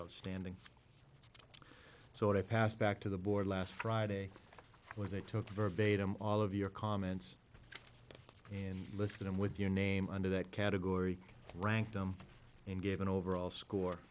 outstanding so i passed back to the board last friday where they took verbatim all of your comments and list them with your name under that category ranked them and gave an overall score